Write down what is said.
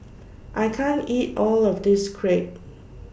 I can't eat All of This Crepe